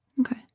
Okay